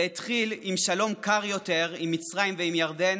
זה התחיל עם שלום קר יותר עם מצרים ועם ירדן,